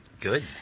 Good